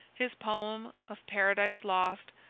his poem of paradise lost,